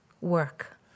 work